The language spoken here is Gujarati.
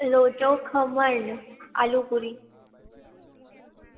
લોચો ખમણ આલુ પૂરી